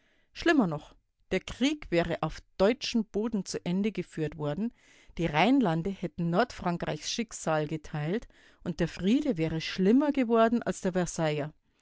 schlimmer noch der krieg wäre auf deutschem boden zu ende geführt worden die rheinlande hätten nordfrankreichs schicksal geteilt und der friede wäre schlimmer geworden als der versailler